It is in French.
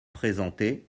présenté